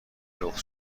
لخت